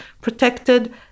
protected